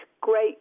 great